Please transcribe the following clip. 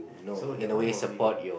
so that one will be